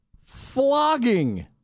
flogging